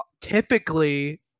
typically